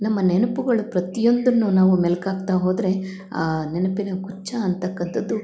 ನಮ್ಮ ನೆನ್ಪುಗಳು ಪ್ರತಿಯೊಂದನ್ನು ನಾವು ಮೇಲ್ಕು ಹಾಕ್ತ ಹೋದರೆ ಆ ನೆನಪಿನ ಗುಚ್ಛ ಅಂತಕಂತದ್ದು